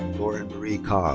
lauren marie